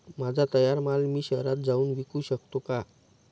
माझा तयार माल मी शहरात जाऊन विकू शकतो का?